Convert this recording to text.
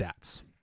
stats